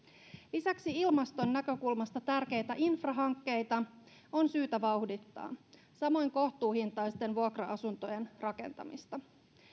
lisäksi ilmaston näkökulmasta tärkeitä infrahankkeita on syytä vauhdittaa samoin kohtuuhintaisten vuokra asuntojen rakentamista